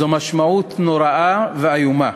זו משמעות נוראה ואיומה,